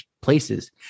places